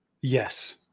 Yes